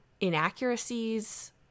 inaccuracies